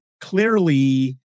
clearly